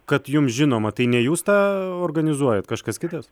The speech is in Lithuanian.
kad jum žinoma tai ne jūs tą organizuojat kažkas kitas